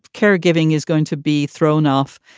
caregiving is going to be thrown off,